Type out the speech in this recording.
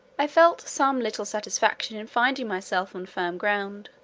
i felt some little satisfaction in finding myself on firm ground.